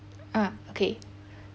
ah okay